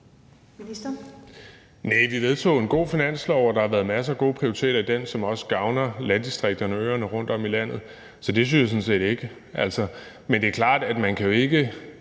vi vedtog god en god finanslov, og der har jo været masser af gode prioriteter i den, som også gavner landdistrikterne og øerne rundtom i landet. Så det synes jeg sådan set ikke. Men det er klart, at man ikke